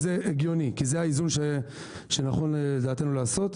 זה הגיוני כי זה האיזון שנכון לדעתנו לעשות.